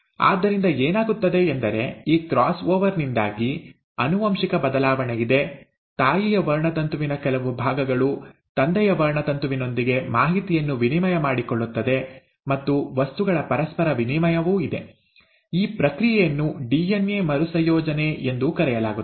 ಆದ್ದರಿಂದ ಏನಾಗುತ್ತದೆ ಎಂದರೆ ಈ ಕ್ರಾಸ್ ಓವರ್ ನಿಂದಾಗಿ ಆನುವಂಶಿಕ ಬದಲಾವಣೆಯಿದೆ ತಾಯಿಯ ವರ್ಣತಂತುವಿನ ಕೆಲವು ಭಾಗಗಳು ತಂದೆಯ ವರ್ಣತಂತುವಿನೊಂದಿಗೆ ಮಾಹಿತಿಯನ್ನು ವಿನಿಮಯ ಮಾಡಿಕೊಳ್ಳುತ್ತದೆ ಮತ್ತು ವಸ್ತುಗಳ ಪರಸ್ಪರ ವಿನಿಮಯವೂ ಇದೆ ಈ ಪ್ರಕ್ರಿಯೆಯನ್ನು ಡಿಎನ್ಎ ಮರುಸಂಯೋಜನೆ ಎಂದೂ ಕರೆಯಲಾಗುತ್ತದೆ